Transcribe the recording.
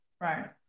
Right